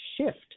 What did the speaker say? shift